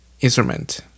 instrument